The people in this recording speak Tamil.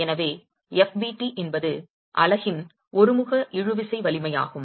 எனவே fbt என்பது அலகின் ஒருமுக இழுவிசை வலிமையாகும்